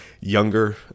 younger